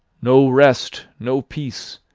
no rest, no peace.